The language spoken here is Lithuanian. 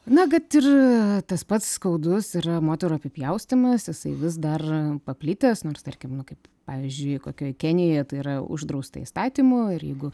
na kad ir tas pats skaudus yra moterų apipjaustymas jisai vis dar paplitęs nors tarkim nu kaip pavyzdžiui kokioj kenijoje tai yra uždrausta įstatymu ir jeigu